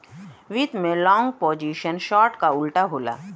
वित्त में long position short क उल्टा होला